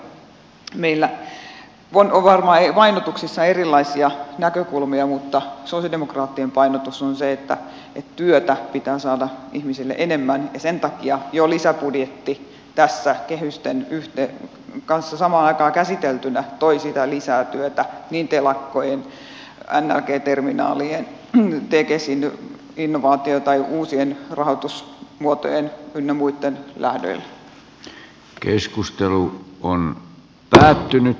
meillä on varmaan painotuksissa erilaisia näkökulmia mutta sosialidemokraattien painotus on se että työtä pitää saada ihmisille enemmän ja sen takia jo lisäbudjetti tässä kehysten kanssa samaan aikaan käsiteltynä toi lisää työtä niin telakkojen lng terminaalien tekesin innovaatio tai uusien rahoitusmuotojen ynnä muitten avulla